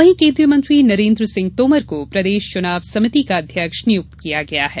वहीं केन्द्रीय मंत्री नरेन्द्र सिंह तोमर को प्रदेश चुनाव समिति का अध्यक्ष नियुक्त किया गया है